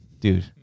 Dude